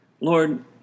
Lord